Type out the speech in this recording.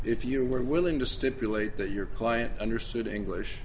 if you are willing to stipulate that your client understood english